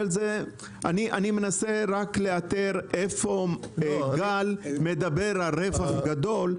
אני מנסה רק לאתר איפה גל מדבר על רווח גדול,